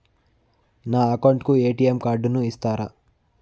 నా అకౌంట్ కు ఎ.టి.ఎం కార్డును ఇస్తారా